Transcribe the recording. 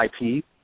IP